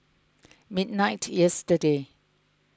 midnight yesterday